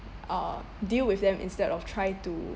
uh deal with them instead of try to